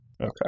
Okay